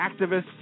activists